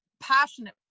passionate